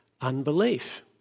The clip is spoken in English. unbelief